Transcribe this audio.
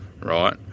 right